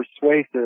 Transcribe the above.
Persuasive